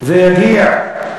זה יגיע.